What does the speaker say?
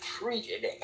treated